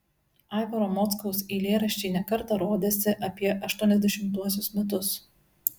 aivaro mockaus eilėraščiai ne kartą rodėsi apie aštuoniasdešimtuosius metus